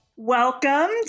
Welcome